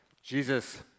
Jesus